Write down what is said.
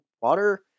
water